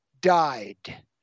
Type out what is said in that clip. died